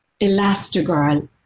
Elastigirl